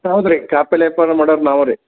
ಹಾಂ ಹೌದ್ರಿ ಕಾಯಿಪಲ್ಲೆ ವ್ಯಾಪಾರ ಮಾಡವ್ರು ನಾವು ರೀ